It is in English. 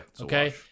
Okay